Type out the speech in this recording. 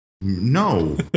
No